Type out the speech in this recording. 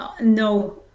No